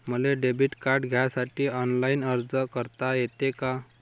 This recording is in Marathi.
मले डेबिट कार्ड घ्यासाठी ऑनलाईन अर्ज करता येते का?